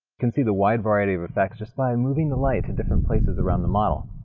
can see the wide variety of effects just by moving the light to different places around the model.